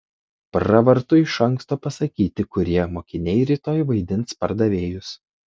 pravartu iš anksto pasakyti kurie mokiniai rytoj vaidins pardavėjus